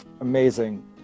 amazing